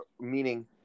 meaning